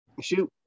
Shoot